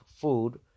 food